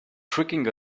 tricking